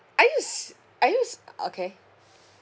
I use I use okay